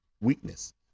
weakness